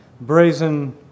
brazen